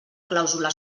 clàusula